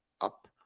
up